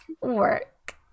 Work